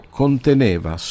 conteneva